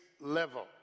level